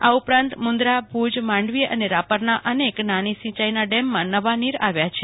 આ ઉપરાંત મુન્દ્રા ભુજ માંડવી અને રાપરના અનેક નાની સિંચાઇ ડેમમાં નવા નીર આવ્યા છે